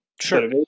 Sure